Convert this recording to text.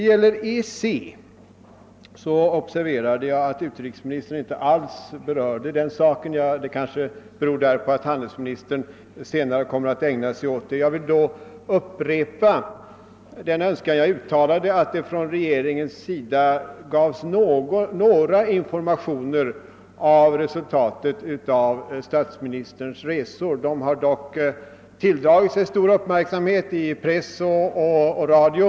Jag observerade att utrikesministern inte alls berörde EEC; det beror kanske på att handelsministern senare kommer att ta upp den frågan. Jag vill upprepa min önskan att regeringen ger några informationer om resultatet av statsministerns resor, eftersom de dock tilldragit sig stor uppmärksamhet i press och radio.